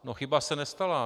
No chyba se nestala.